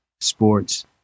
sports